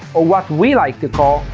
or what we like to call,